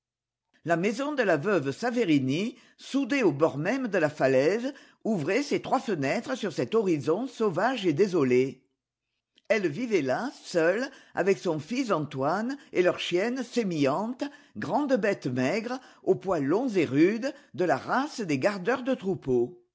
la maison de la veuve saverini soudée au bord même de la falaise ouvrait ses trois fenêtres sur cet horizon sauvage et désolé elle vivait là seule avec son fils antoine et leur chienne sémillante grande bête maigre aux poils longs et rudes de la race des gardeurs de troupeaux